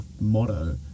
motto